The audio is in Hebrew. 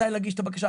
מתי להגיש את הבקשה.